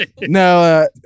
no